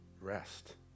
rest